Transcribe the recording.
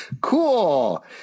cool